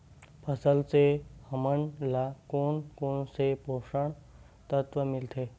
फसल से हमन ला कोन कोन से पोषक तत्व मिलथे?